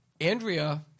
Andrea